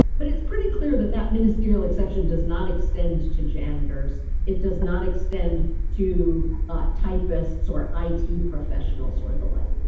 but it's pretty clear that that ministerial exception does not extend to janitors. it does not extend to ah typists or i t. professionals or the like.